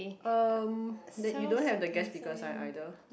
um babe you don't have the guest speaker sign either